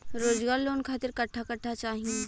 रोजगार लोन खातिर कट्ठा कट्ठा चाहीं?